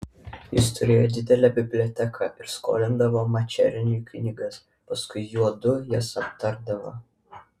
jis turėjo didelę biblioteką ir skolindavo mačerniui knygas paskui juodu jas aptardavo